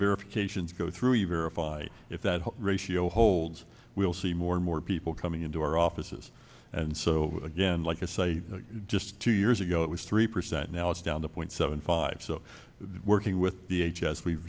verifications go through you verify if that ratio holds we'll see more and more people coming into our offices and so again like i say just two years ago it was three percent now it's down the point seven five so that working with the h s we've